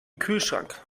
kühlschrank